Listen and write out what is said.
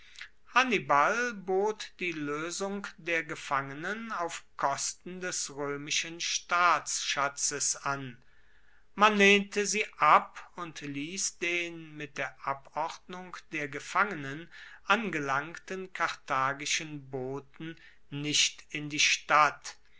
hannibal bot die loesung der gefangenen auf kosten des roemischen staatsschatzes an man lehnte sie ab und liess den mit der abordnung der gefangenen angelangten karthagischen boten nicht in die stadt